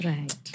Right